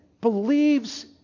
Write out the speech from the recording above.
believes